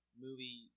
movie